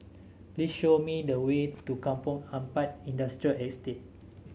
please show me the way to Kampong Ampat Industrial Estate